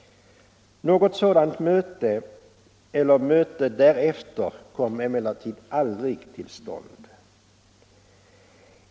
Något sådant möte eller något möte därefter kom emellertid aldrig till stånd.